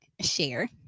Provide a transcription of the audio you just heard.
share